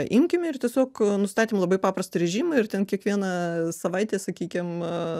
imkime ir tiesiog nustatėm labai paprastą režimą ir ten kiekvieną savaitę sakykim